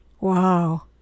Wow